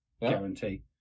guarantee